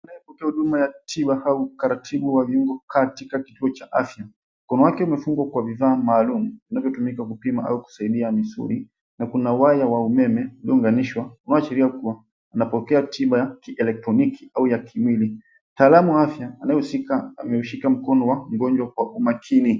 Anayepokea tiba au utaratibu wa viungo katika kituo cha afya. Mkono wake umefungwa kwa bidhaa maalum zinazotumika kupima au kusaidia mtu misuli na kuna waya wa umeme uliounganishwa, unaoashiria kua unapokea tiba ya kupitia elektroniki au ya kimwili. Mtaalamu wa afya anaehusika ameushika mkono wa mgonjwa kwa umakini.